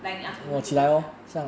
like in afternoon 比较快